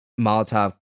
Molotov